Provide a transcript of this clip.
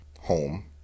home